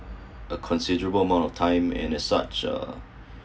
a considerable amount of time and a such uh